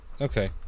Okay